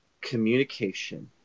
communication